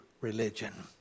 religion